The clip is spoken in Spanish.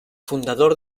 fundador